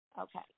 okay